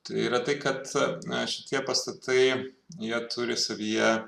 tai yra tai kad šitie pastatai jie turi savyje